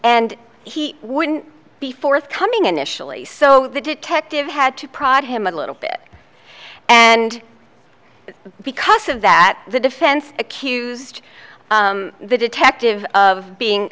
and he wouldn't be forthcoming initially so the detective had to prod him a little bit and because of that the defense accused the detective of being